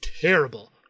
terrible